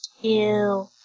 Ew